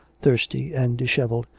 thirsty and dishevelled,